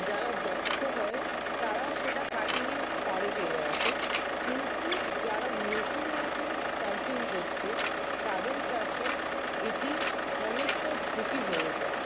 যারা দক্ষ হয় তারা সেটা কাটিয়ে পারে চলে আসে কিন্তু যারা নতুন নতুন সার্ফিং করছে তাদের কাছে এটি অনেকটা ঝুঁকি হয়ে যায়